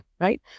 right